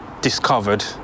discovered